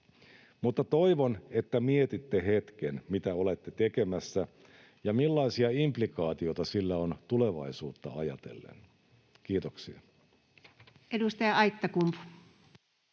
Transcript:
toivon, että mietitte hetken, mitä olette tekemässä ja millaisia implikaatioita sillä on tulevaisuutta ajatellen. — Kiitoksia.